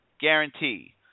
guarantee